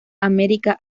america